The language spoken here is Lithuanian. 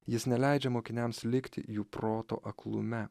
jis neleidžia mokiniams likti jų proto aklume